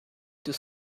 too